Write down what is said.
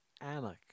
Anak